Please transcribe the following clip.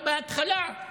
בהתחלה,